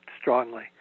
strongly